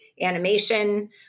animation